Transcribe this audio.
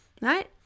right